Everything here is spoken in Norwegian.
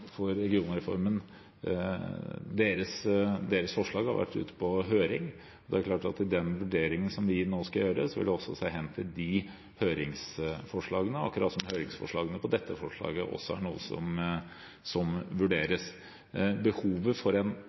for regionreformen har vært ute på høring, og når det gjelder den vurderingen vi nå skal gjøre, vil vi helt klart også se hen til de høringsuttalelsene, akkurat som at høringsuttalelsene knyttet til dette forslaget også er noe som vurderes. Behovet for en